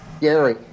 Gary